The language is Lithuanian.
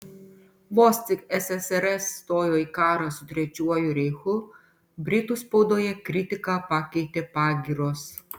vos tik ssrs stojo į karą su trečiuoju reichu britų spaudoje kritiką pakeitė pagyros